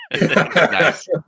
Nice